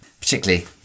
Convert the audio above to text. Particularly